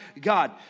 God